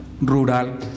rural